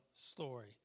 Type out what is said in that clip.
story